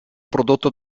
prodotto